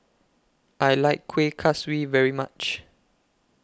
I like Kueh Kaswi very much